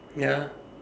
ya